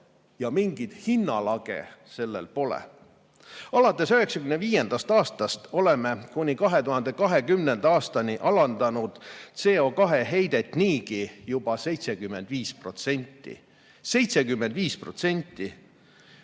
Ja mingit hinnalage sellel pole. Alates 1995. aastast oleme kuni 2020. aastani alandanud CO2heidet niigi juba 75% –